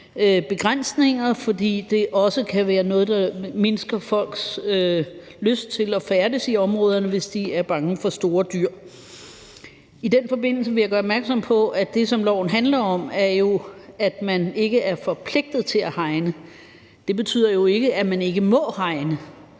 begrænsninger, fordi det også kan være noget, der mindsker folks lyst til at færdes i områderne, hvis de er bange for store dyr. I den forbindelse vil jeg gøre opmærksom på, at det, som lovforslaget handler om, jo er, at man ikke er forpligtet til at hegne; det betyder jo ikke, at man ikke må hegne.